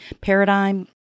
paradigm